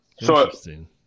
Interesting